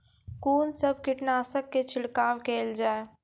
कून सब कीटनासक के छिड़काव केल जाय?